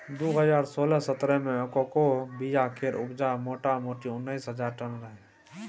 दु हजार सोलह सतरह मे कोकोक बीया केर उपजा मोटामोटी उन्नैस हजार टन रहय